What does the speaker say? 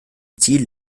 ziel